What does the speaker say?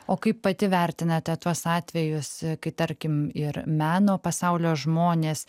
o kaip pati vertinate tuos atvejus kai tarkim ir meno pasaulio žmonės